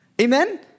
Amen